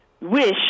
wish